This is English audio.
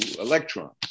electrons